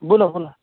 बोला बोला